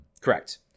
Correct